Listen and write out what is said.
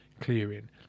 clearing